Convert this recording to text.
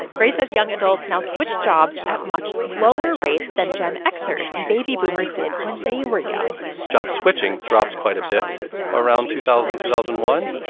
gray says young adults now switch jobs at much lower rates than gen xers and baby boomers did when they were young job-switching drops quite a bit around two thousand, two thousand and one,